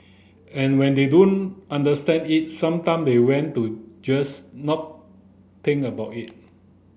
and when they don't understand it sometime they want to just not think about it